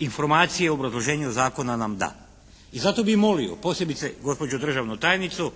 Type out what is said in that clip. informacije u obrazloženju zakona nam da. I zato bi molio posebice gospođu državnu tajnicu